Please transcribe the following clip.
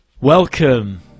Welcome